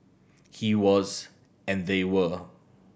he was and they were